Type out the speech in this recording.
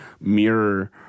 mirror